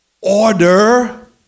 order